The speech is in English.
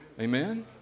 Amen